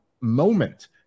moment